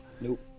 Nope